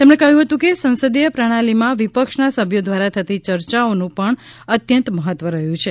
તેમણે કહ્યું હતું કે સંસદીય પ્રણાલિમાં વિપક્ષના સભ્યો દ્વારા થતી ચર્ચાઓનું પણ અત્યંત મહત્વ રહ્યું છે